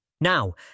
Now